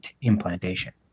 implantation